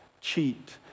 cheat